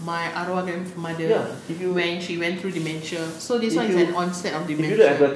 my arwah grandmother when she went through dementia so this one is an onset of dementia